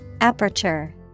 Aperture